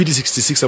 66%